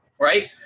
right